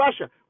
Russia